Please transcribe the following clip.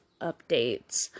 Updates